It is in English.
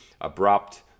abrupt